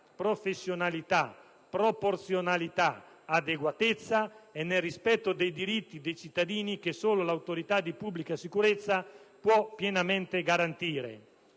professionalità, proporzionalità ed adeguatezza e nel rispetto dei diritti dei cittadini che solo l'autorità di pubblica sicurezza può pienamente garantire.